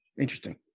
Interesting